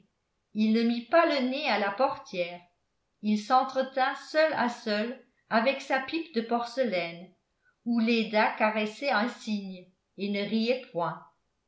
il ne mit pas le nez à la portière il s'entretint seul à seul avec sa pipe de porcelaine où léda caressait un cygne et ne riait point